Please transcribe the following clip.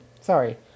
sorry